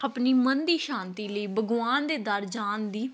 ਆਪਣੀ ਮਨ ਦੀ ਸ਼ਾਂਤੀ ਲਈ ਭਗਵਾਨ ਦੇ ਦਰ ਜਾਣ ਦੀ